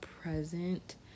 present